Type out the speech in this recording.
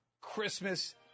Christmas